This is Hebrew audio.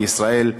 בישראל,